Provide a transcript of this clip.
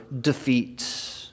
defeat